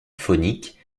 faunique